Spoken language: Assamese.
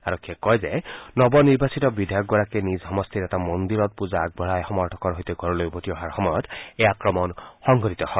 আৰক্ষীয়ে কয় যে নৱ নিৰ্বাচিত বিধায়কগৰাকীয়ে নিজ সমষ্টিৰ এটা মন্দিৰত পূজা আগবঢ়াই সমৰ্থকৰ সৈতে ঘৰলৈ উভতি অহাৰ সময়ত এই আক্ৰমণ সংঘটিত হয়